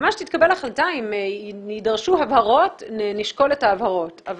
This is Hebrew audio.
ואם יידרשו הבהרות נשקול את ההבהרות.